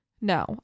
No